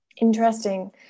Interesting